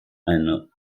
eine